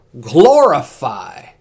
Glorify